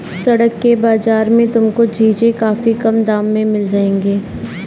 सड़क के बाजार में तुमको चीजें काफी कम दाम में मिल जाएंगी